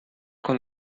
con